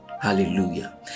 Hallelujah